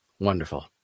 wonderful